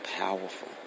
powerful